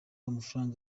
amafaranga